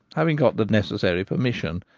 having got the necessary permission,